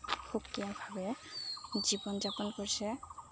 সুকীয়াভাৱে জীৱন যাপন কৰিছে